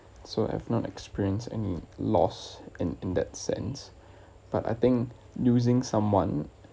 so I’ve not experience any loss in in that sense but I think losing someone